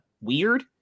weird